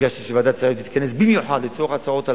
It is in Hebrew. ביקשתי שוועדת שרים תתכנס במיוחד לצורך ההצעות הללו.